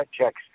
checks